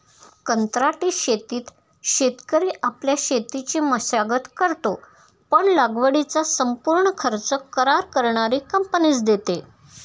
कंत्राटी शेतीत शेतकरी आपल्या शेतीची मशागत करतो, पण लागवडीचा संपूर्ण खर्च करार करणारी कंपनीच देते